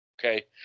okay